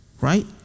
right